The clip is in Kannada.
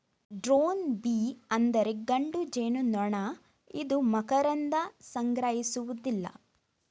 ಡ್ರೋನ್ ಬೀ ಅಂದರೆ ಗಂಡು ಜೇನುನೊಣ ಇದು ಮಕರಂದ ಸಂಗ್ರಹಿಸುವುದಿಲ್ಲ